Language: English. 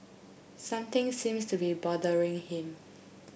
something seems to be bothering him